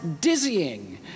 dizzying